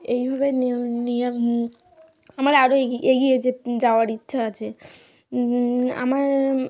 এইভাবেই নিয়ে আমার আরও এগিয়ে যাওয়ার ইচ্ছা আছে আমার